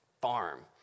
farm